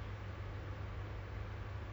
what are the names of the games